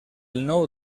nou